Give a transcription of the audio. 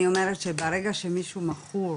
אני אומרת שברגע שמישהו מכור,